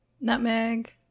Nutmeg